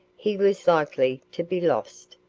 he was likely to be lost,